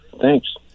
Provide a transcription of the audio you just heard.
Thanks